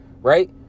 right